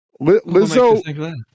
Lizzo